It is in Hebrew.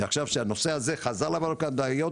שעכשיו שהנושא הזה עבר להעברות הבנקאיות,